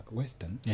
western